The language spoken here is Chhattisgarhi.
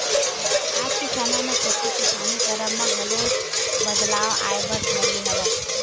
आज के समे म खेती किसानी करब म घलो बदलाव आय बर धर ले हवय